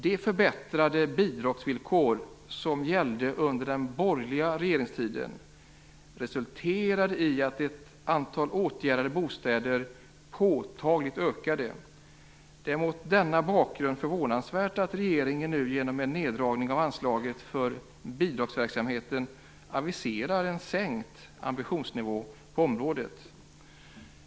De förbättrade bidragsvillkor som gällde under den borgerliga regeringstiden resulterade i att antalet åtgärdade bostäder påtagligt ökade. Det är mot denna bakgrund förvånansvärt att regeringen nu genom en neddragning av anslaget för bidragsverksamheten aviserar en sänkt ambitionsnivå på området.